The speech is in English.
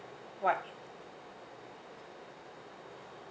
white